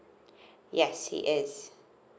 yes he is